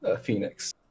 Phoenix